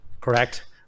Correct